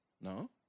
No